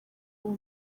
uwo